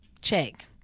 check